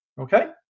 okay